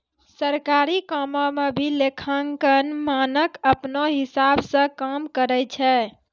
सरकारी कामो म भी लेखांकन मानक अपनौ हिसाब स काम करय छै